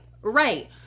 Right